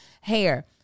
hair